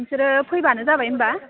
नोंसोरो फैबानो जाबाय होमबा